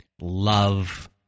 love